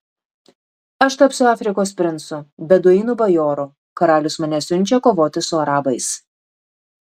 aš tapsiu afrikos princu beduinų bajoru karalius mane siunčia kovoti su arabais